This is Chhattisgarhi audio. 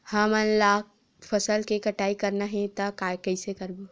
हमन ला फसल के कटाई करना हे त कइसे करबो?